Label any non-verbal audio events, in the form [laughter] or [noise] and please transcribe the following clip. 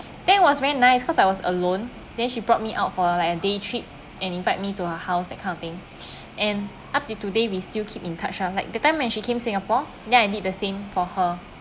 that was really nice because I was alone then she brought me out for like a day trip and invite me to her house that kind of thing [breath] and up till today we still keep in touch lah like the time when she came singapore then I did the same for her